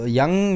young